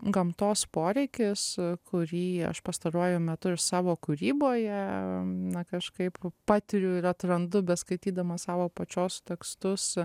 gamtos poreikis kurį aš pastaruoju metu ir savo kūryboje na kažkaip patiriu ir atrandu beskaitydama savo pačios tekstus